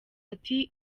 ati